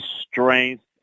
strength